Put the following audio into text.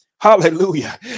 hallelujah